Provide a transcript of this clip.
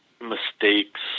mistakes